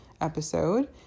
episode